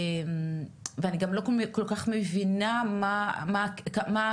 ואני גם לא כל כך מבינה מה הכסף,